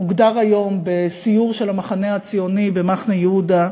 הוגדר היום בסיור של המחנה הציוני במחנה-יהודה: